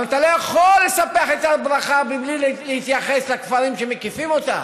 אבל אתה לא יכול לספח את הר ברכה מבלי להתייחס לכפרים שמקיפים אותו,